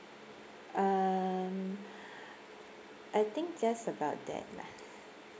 um I think just about that lah